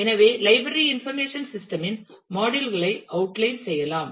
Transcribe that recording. எனவே library information system இன் module களை அவுட்லைன் செய்யலாம்